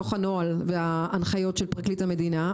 מתוך הנוהל וההנחיות של פרקליט המדינה.